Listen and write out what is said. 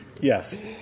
Yes